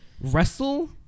wrestle